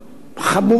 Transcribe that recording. חמור ביותר,